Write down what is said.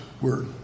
word